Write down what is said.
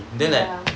ya